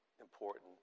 important